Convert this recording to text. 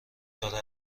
داره